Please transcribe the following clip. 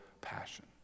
passion